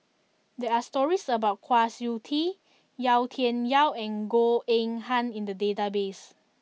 there are stories about Kwa Siew Tee Yau Tian Yau and Goh Eng Han in the database